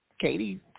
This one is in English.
Katie